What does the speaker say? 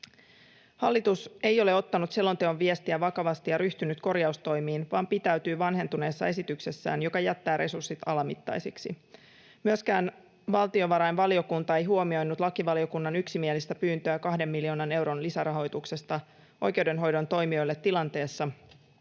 Hallitus ei ole ottanut selonteon viestiä vakavasti ja ryhtynyt korjaustoimiin vaan pitäytyy vanhentuneessa esityksessään, joka jättää resurssit alamittaisiksi. Myöskään valtiovarainvaliokunta ei huomioinut lakivaliokunnan yksimielistä pyyntöä kahden miljoonan euron lisärahoituksesta oikeudenhoidon toimijoille tilanteessa,